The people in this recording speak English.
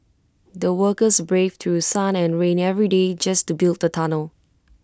the workers braved through sun and rain every day just to build the tunnel